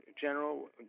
General